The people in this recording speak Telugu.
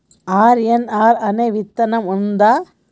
ఆర్.ఎన్.ఆర్ అనే విత్తనం ఉందా?